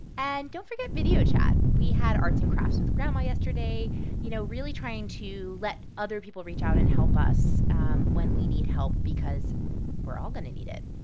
and don't forget video chat. we had arts and crafts with grandma yesterday you know, really trying to let other people reach out and help us um when we need help because we're all going to need it.